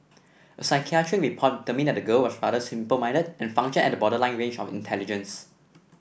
a psychiatric report determined that the girl was rather simple minded and functioned at the borderline range of intelligence